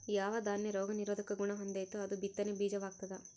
ಯಾವ ದಾನ್ಯ ರೋಗ ನಿರೋಧಕ ಗುಣಹೊಂದೆತೋ ಅದು ಬಿತ್ತನೆ ಬೀಜ ವಾಗ್ತದ